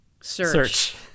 Search